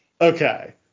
Okay